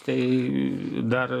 tai dar